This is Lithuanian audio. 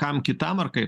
kam kitam ar kaip